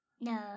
No